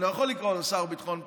אני לא יכול לקרוא לו שר לביטחון פנים,